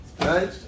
right